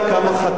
חבר הכנסת זחאלקה,